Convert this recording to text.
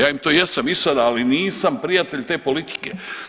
Ja im to jesam i sada, ali nisam prijatelj te politike.